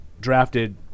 drafted